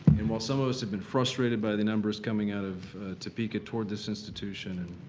and while some of us have been frustrated by the numbers coming out of topeka towards this institution,